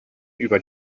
über